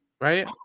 right